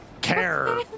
care